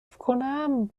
کنم